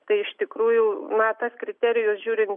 tai iš tikrųjų na tas kriterijus žiūrint